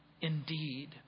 indeed